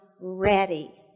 ready